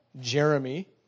jeremy